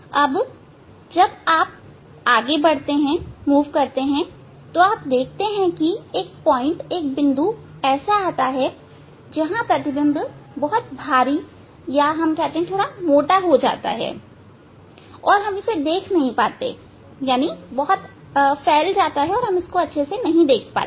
अब जब आप बढ़ते हैं तो आप देखते हैं कि एक बिंदु ऐसा आता है जहां प्रतिबिंब बहुत भारी हो जाता है और हम इसे नहीं देख पाते